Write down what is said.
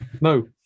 No